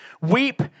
Weep